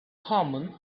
common